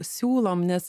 siūlom nes